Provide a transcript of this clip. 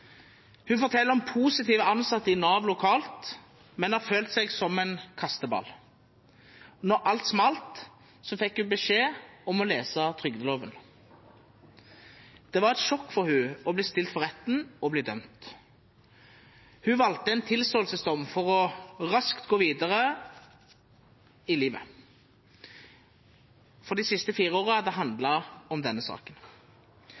Nav lokalt, men har følt seg som en kasteball. Da alt smalt, fikk hun beskjed om å lese trygdeloven. Det var et sjokk for henne å bli stilt for retten og dømt. Hun valgte en tilståelsesdom for raskt å kunne gå videre i livet, for de siste fire årene hadde handlet om denne saken.